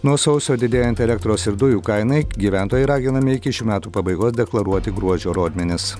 nuo sausio didėjant elektros ir dujų kainai gyventojai raginami iki šių metų pabaigos deklaruoti gruodžio rodmenis